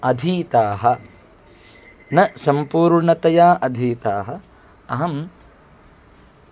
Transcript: अधीताः न सम्पूर्णतया अधीताः अहं